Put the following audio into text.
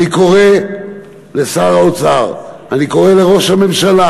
אני קורא לשר האוצר, אני קורא לראש הממשלה,